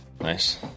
Nice